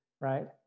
right